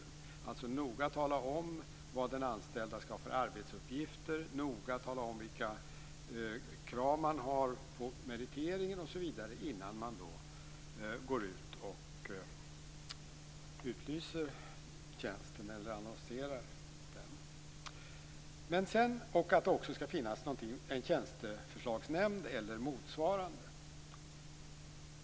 Man skall alltså noga tala om vad den anställde skall ha för arbetsuppgifter, vilka krav man ställer på meriteringen osv. innan man utlyser och annonserar tjänsten. Det skall också finnas en tjänsteförslagsnämnd eller motsvarande.